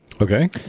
Okay